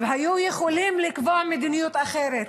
והיו יכולים לקבוע מדיניות אחרת,